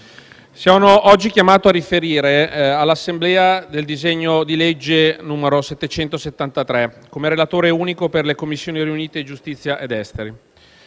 sono oggi chiamato a riferire all'Assemblea sul disegno di legge n. 773 come relatore unico per le Commissioni riunite giustizia ed affari